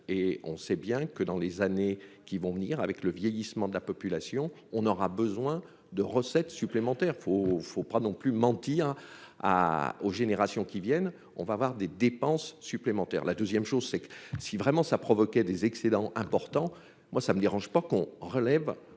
et on sait bien que dans les années qui vont venir avec le vieillissement de la population, on aura besoin de recettes supplémentaires faut faut pas non plus mentir à aux générations qui viennent, on va voir des dépenses supplémentaires, la 2ème chose c'est que si vraiment ça provoquait des excédents importants, moi ça me dérange pas qu'on relève